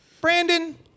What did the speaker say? Brandon